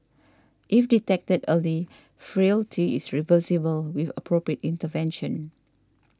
if detected early frailty is reversible with appropriate intervention